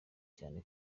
cyane